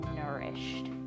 nourished